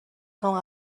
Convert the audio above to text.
خوام